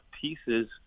pieces